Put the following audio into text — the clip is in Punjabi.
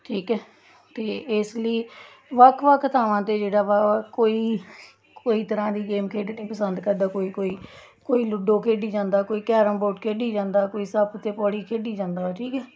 ਠੀਕ ਹੈ ਅਤੇ ਇਸ ਲਈ ਵੱਖ ਵੱਖ ਥਾਵਾਂ 'ਤੇ ਜਿਹੜਾ ਵਾ ਕੋਈ ਕੋਈ ਤਰ੍ਹਾਂ ਦੀ ਗੇਮ ਖੇਡਣੀ ਪਸੰਦ ਕਰਦਾ ਕੋਈ ਕੋਈ ਕੋਈ ਲੂਡੋ ਖੇਡੀ ਜਾਂਦਾ ਕੋਈ ਕੈਰਮ ਬੋਰਡ ਖੇਡੀ ਜਾਂਦਾ ਕੋਈ ਸੱਪ ਅਤੇ ਪੌੜੀ ਖੇਡੀ ਜਾਂਦਾ ਠੀਕ ਹੈ